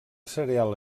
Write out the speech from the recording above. cereal